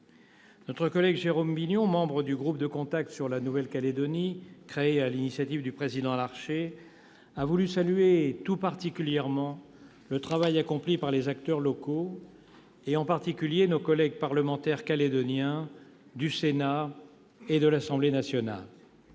Notre collègue Jérôme Bignon, membre du groupe de contact sur la Nouvelle-Calédonie créé sur l'initiative du président Gérard Larcher, a voulu saluer tout particulièrement le travail accompli par les acteurs locaux, notamment par nos collègues parlementaires calédoniens du Sénat et de l'Assemblée nationale.